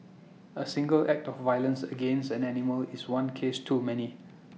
A single act of violence against an animal is one case too many